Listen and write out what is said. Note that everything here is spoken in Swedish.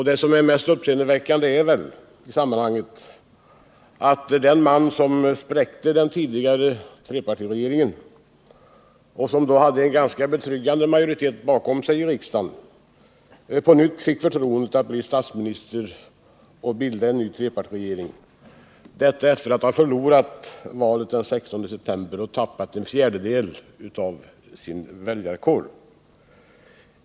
Det som är mest uppseendeväckande i sammanhanget är att den man som spräckte den tidigare trepartiregeringen — som då hade en ganska betryggande majoritet bakom sig i riksdagen —åter fått förtroendet att bli statsminister och bilda en ny trepartiregering, och detta efter att ha förlorat valet den 16 september och tappat en fjärdedel av sin väljarkår.